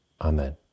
Amen